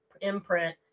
imprint